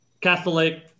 catholic